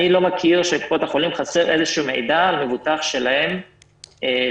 אני לא מכיר שלקופות החולים חסר איזה שהוא מידע על מבוטח שלהם שחולה.